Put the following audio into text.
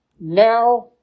now